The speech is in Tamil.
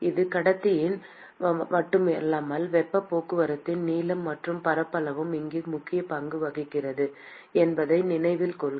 இது கடத்துத்திறன் மட்டுமல்ல வெப்பப் போக்குவரத்தின் நீளம் மற்றும் பரப்பளவும் இங்கு முக்கிய பங்கு வகிக்கிறது என்பதை நினைவில் கொள்க